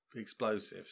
explosives